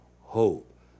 hope